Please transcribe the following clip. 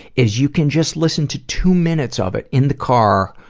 is you can just listen to two minutes of it in the car.